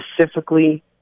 specifically